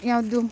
ಯಾವುದು